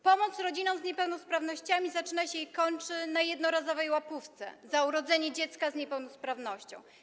Pomoc rodzinom z niepełnosprawnościami zaczyna się i kończy na jednorazowej łapówce za urodzenie dziecka z niepełnosprawnością.